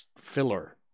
filler